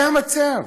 זה המצב.